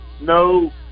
no